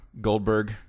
Goldberg